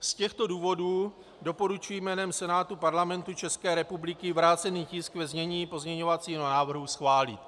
Z těchto důvodů doporučuji jménem Senátu Parlamentu ČR vrácený tisk ve znění pozměňovacího návrhu schválit.